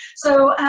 so,